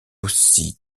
aussi